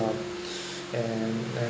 and and